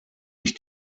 ich